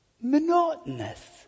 monotonous